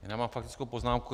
Já mám faktickou poznámku.